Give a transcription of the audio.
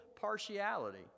partiality